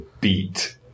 beat